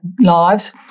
lives